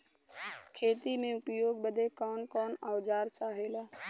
खेती में उपयोग बदे कौन कौन औजार चाहेला?